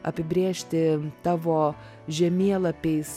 apibrėžti tavo žemėlapiais